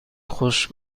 خوش